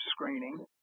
screening